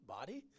Body